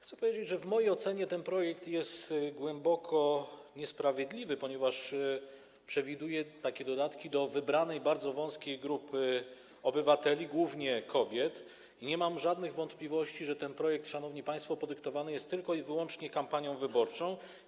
Chcę powiedzieć, że w mojej ocenie ten projekt jest głęboko niesprawiedliwy, ponieważ przewiduje dodatki dla wybranej, bardzo wąskiej grupy obywateli, głównie kobiet, i nie mam żadnych wątpliwości, że ten projekt, szanowni państwo, podyktowany jest tylko i wyłącznie kampanią wyborczą.